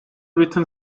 written